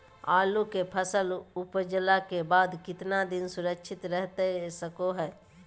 आलू के फसल उपजला के बाद कितना दिन सुरक्षित रहतई सको हय?